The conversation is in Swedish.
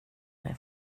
det